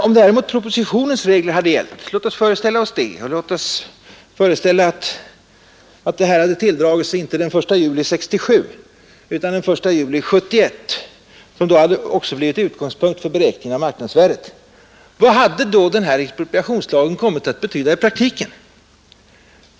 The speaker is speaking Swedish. Om däremot propositionens regler gällt — låt oss föreställa oss att detta tilldragit sig inte den 1 juli 1967 utan den 1 juli 1971, som då också blivit utgångspunkten för beräkningen av marknadsvärdet — vad hade det kommit att betyda i praktiken?